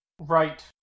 Right